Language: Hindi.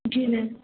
जी मैम